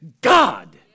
God